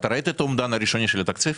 ראית את האומדן הראשוני של התקציב?